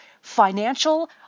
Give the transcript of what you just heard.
financial